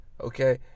okay